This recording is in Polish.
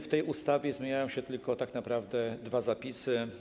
W tej ustawie zmieniają się tylko tak naprawdę dwa zapisy.